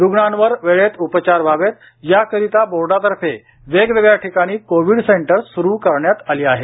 रुग्णांवर वेळेत उपचार व्हावेत याकरीता बोर्डातर्फे वेगवेगळ्या ठिकाणी कोविड सेंटर्स सुरू करण्यात आहेत